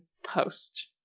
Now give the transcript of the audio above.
post